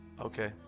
Okay